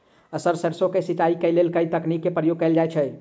Sir सैरसो केँ सिचाई केँ लेल केँ तकनीक केँ प्रयोग कैल जाएँ छैय?